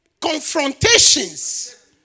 confrontations